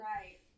Right